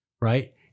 Right